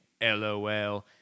LOL